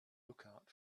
lookout